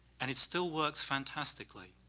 and it still works fantastically.